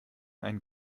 ein